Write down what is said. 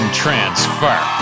transfer